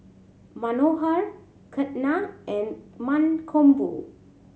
Manohar Ketna and Mankombu